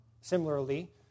Similarly